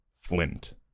Flint